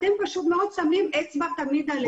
אתם פשוט מאוד שמים אצבע תמיד עלינו.